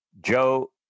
Joe